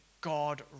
God